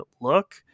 look